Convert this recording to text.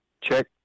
check